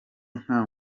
nta